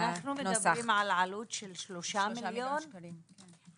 אנו מדברים על עלות של 3 מיליון ומתווכחים